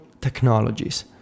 technologies